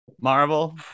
Marvel